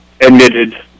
admitted